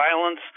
violence